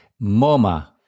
MoMA